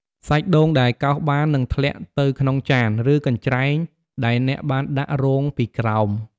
សាច់ដូងដែលកោសបាននឹងធ្លាក់ទៅក្នុងចាន ឬកញ្ច្រែងដែលអ្នកបានដាក់រងពីក្រោម។